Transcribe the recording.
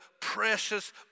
precious